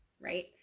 Right